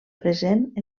present